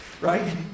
right